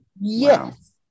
Yes